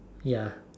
ya